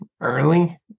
early